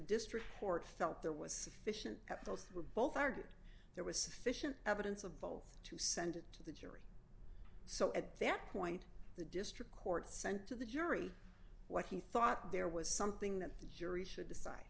district court felt there was sufficient that those were both heard there was sufficient evidence of both to send it to the judge so at that point the district court sent to the jury what he thought there was something that the jury should decide